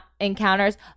encounters